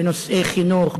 בנושאי חינוך,